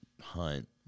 hunt